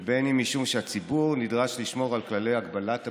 ובין משום שהציבור נדרש לשמור על כללי הגבלת הפעילות.